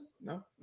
No